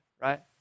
Right